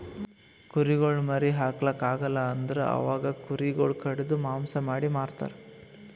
ಕುರಿಗೊಳ್ ಮರಿ ಹಾಕ್ಲಾಕ್ ಆಗಲ್ ಅಂದುರ್ ಅವಾಗ ಕುರಿ ಗೊಳಿಗ್ ಕಡಿದು ಮಾಂಸ ಮಾಡಿ ಮಾರ್ತರ್